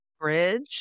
bridge